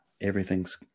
everything's